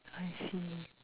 I see